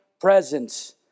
presence